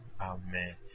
Amen